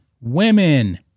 women